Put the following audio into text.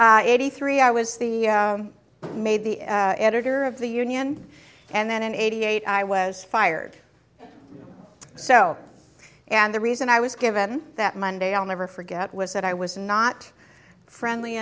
eighty three i was the maid the editor of the union and then in eighty eight i was fired so and the reason i was given that monday i'll never forget was that i was not friendly